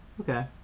okay